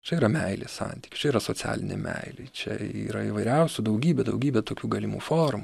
čia yra meilės santykis yra socialinė meilė čia yra įvairiausių daugybė daugybė tokių galimų formų